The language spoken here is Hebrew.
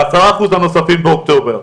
ועשרה אחוז הנוספים באוקטובר".